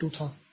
अब c2 था